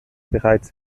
bereits